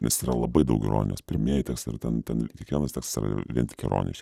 nes yra labai daug ironijos primėtęs ar ten ten kiekvienas tekstas yra vien tik ironija